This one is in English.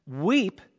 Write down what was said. weep